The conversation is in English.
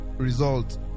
result